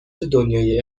دنیای